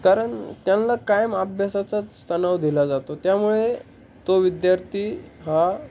कारण त्यानला कायम अभ्यासाचाच तणाव दिला जातो त्यामुळे तो विद्यार्थी हा